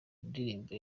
ndirimbo